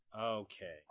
Okay